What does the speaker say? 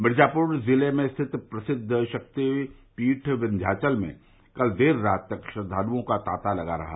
भिर्जापुर जिले में स्थित प्रसिद्ध शक्तिपीठ विन्याचल में कल देर रात तक श्रद्वालुओं का तांता लगा रहा